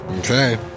Okay